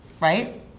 Right